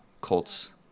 Colts